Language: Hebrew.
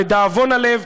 לדאבון הלב,